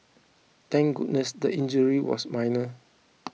thank goodness the injury was minor